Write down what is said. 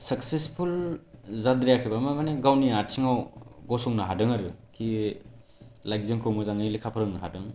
successful जाद्रायाखैबाबो माने गावनि आथिङाव गसंनो हादों आरो कि लाइक जोंखौ मोजाङै लेखा फोरोंनो हादों